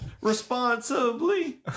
responsibly